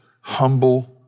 humble